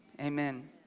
Amen